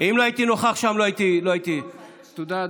אם לא הייתי נוכח שם, לא הייתי, תודה.